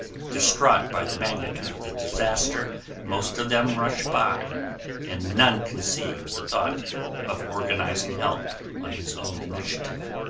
distraught by the magnitude of the disaster most of them rush by and none conceives the thought of organizing help on his own initiative.